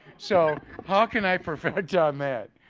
so how can i perfect on that.